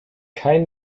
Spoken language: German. kein